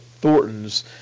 Thornton's